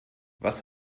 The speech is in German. was